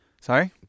Sorry